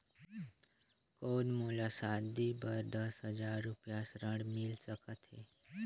कौन मोला शादी बर दस हजार रुपिया ऋण मिल सकत है?